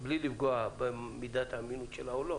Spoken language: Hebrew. בלי לפגוע במידת האמינות שלה או לא,